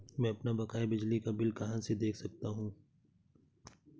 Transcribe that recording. मैं अपना बकाया बिजली का बिल कहाँ से देख सकता हूँ?